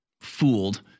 fooled